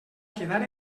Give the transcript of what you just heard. quedar